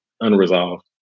unresolved